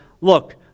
look